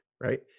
right